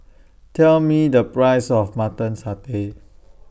Tell Me The Price of Mutton Satay